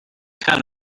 count